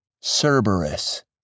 Cerberus